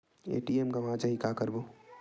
ATM गवां जाहि का करबो?